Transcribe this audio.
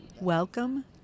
Welcome